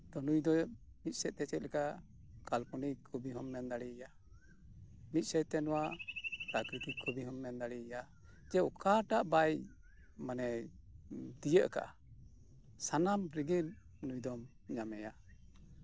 ᱱᱩᱭ ᱫᱚ ᱢᱤᱫᱥᱮᱫ ᱛᱮ ᱪᱮᱫ ᱞᱮᱠᱟ ᱠᱟᱞᱯᱚᱱᱤᱠ ᱠᱚᱵᱚ ᱦᱚᱸᱢ ᱢᱮᱱ ᱫᱟᱲᱮ ᱟᱭᱟ ᱢᱤᱫ ᱥᱮᱫ ᱛᱮ ᱱᱚᱣᱟ ᱯᱨᱟᱠᱤᱨᱤᱛᱤᱠ ᱠᱚᱵᱤ ᱦᱚᱢ ᱢᱮᱱ ᱫᱟᱲᱮ ᱟᱭᱟ ᱪᱮ ᱚᱠᱟ ᱴᱟᱜ ᱵᱟᱭ ᱢᱟᱱᱮ ᱵᱟᱭ ᱛᱤᱭᱟᱹᱜ ᱠᱟᱫᱟ ᱥᱟᱱᱟᱢ ᱨᱮᱜᱮ ᱢᱟᱱᱮ ᱱᱩᱭ ᱫᱚᱢ ᱧᱟᱢᱮᱭᱟ